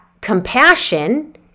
compassion